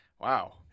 Wow